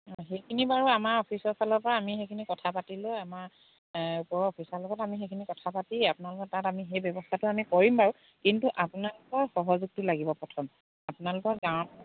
অঁ সেইখিনি বাৰু আমাৰ অফিচৰ ফালৰ পৰা আমি সেইখিনি কথা পাতি লৈ আমাৰ ওপৰৰ অফিচাৰৰ লগত আমি সেইখিনি কথা পাতি আপোনালোকৰ তাত আমি সেই ব্যৱস্থাটো আমি কৰিম বাৰু কিন্তু আপোনালোকৰ সহযোগটো লাগিব প্ৰথম আপোনালোকৰ গাঁৱৰ